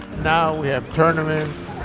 now we have tournaments,